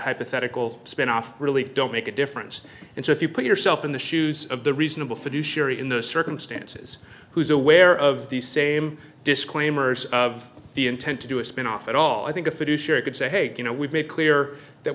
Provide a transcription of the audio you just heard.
hypothetical spinoff really don't make a difference and so if you put yourself in the shoes of the reasonable fiduciary in the circumstances who's aware of these same disclaimers of the intent to do a spin off at all i think a fiduciary could say hey you know we've made clear that